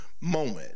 moment